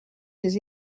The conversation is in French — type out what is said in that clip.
ses